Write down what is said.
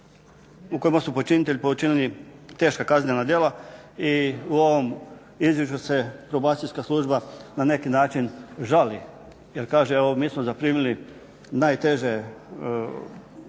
u kojima su počinitelji počinili teška kaznena djela i u ovom izvješću se Probacijska služba na neki način žali jer kaže mi smo zaprimili najteže počinitelje